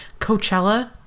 Coachella